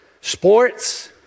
sports